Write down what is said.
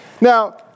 Now